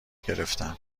گرفتم